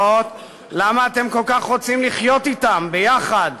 למה אתם כל כך רוצים לחיות אתם יחד?